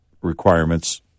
requirements